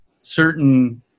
certain